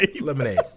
Lemonade